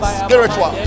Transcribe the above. spiritual